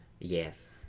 Yes